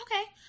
Okay